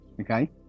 okay